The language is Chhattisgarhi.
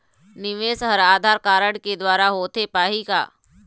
निवेश हर आधार कारड के द्वारा होथे पाही का?